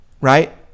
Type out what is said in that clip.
right